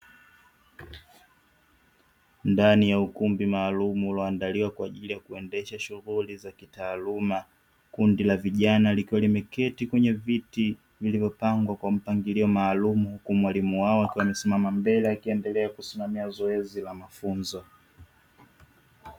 Ndani ya ukumbi maalumu ulioandaliwa kwa ajili ya kuendesha shughuli za kitaaluma kundi la vijana likiwa limiketi kwenye viti vilivyopangwa kwa mpangilio maalumu kwa mwalimu wao wamesimama mbele akiendelea kusimama zoezi la mafunzo.